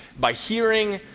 by hearing,